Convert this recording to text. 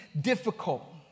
difficult